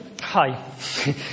hi